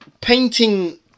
Painting